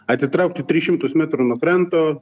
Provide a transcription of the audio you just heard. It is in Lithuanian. atitrauktų tris šimtus metrų nuo kranto